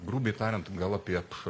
grubiai tariant gal apie